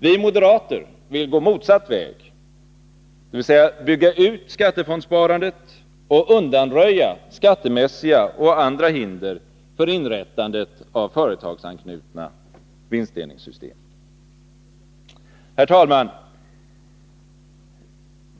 Vi moderater vill gå motsatt väg, dvs. bygga ut skattefondssparandet och undanröja skattemässiga och andra hinder för inrättandet av företagsanknutna vinstdelningssystem. Herr talman!